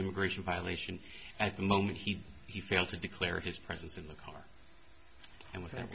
immigration violation at the moment he he failed to declare his presence in the car and we tha